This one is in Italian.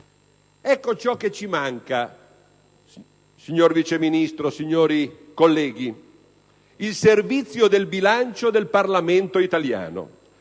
Ecco ciò che ci manca, signor Vice Ministro, signori colleghi: il Servizio del bilancio del Parlamento italiano